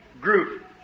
group